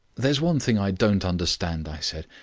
there is one thing i don't understand, i said.